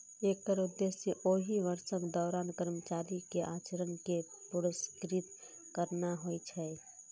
एकर उद्देश्य ओहि वर्षक दौरान कर्मचारी के आचरण कें पुरस्कृत करना होइ छै